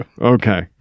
Okay